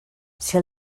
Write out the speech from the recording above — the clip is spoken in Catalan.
ser